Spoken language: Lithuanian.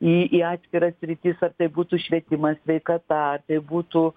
į į atskiras sritis ar tai būtų švietimas sveikata ar tai būtų